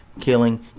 killing